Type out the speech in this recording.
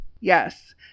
Yes